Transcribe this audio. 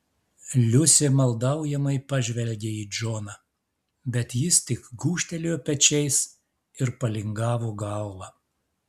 liusė maldaujamai pažvelgė į džoną bet jis tik gūžtelėjo pečiais ir palingavo galvą